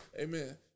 Amen